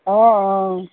অঁ অঁ